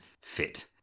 fit